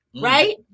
Right